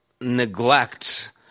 neglect